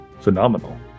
phenomenal